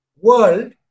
world